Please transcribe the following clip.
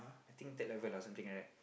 I think third level or something like that